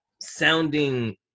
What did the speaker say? sounding